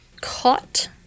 caught